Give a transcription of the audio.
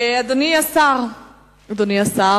אדוני שר הפנים,